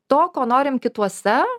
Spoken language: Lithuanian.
to ko norim kituose